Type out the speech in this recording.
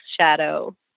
shadow